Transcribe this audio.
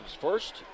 first